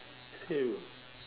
same